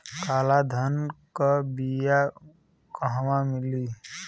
काला धान क बिया कहवा मिली?